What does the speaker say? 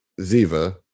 ziva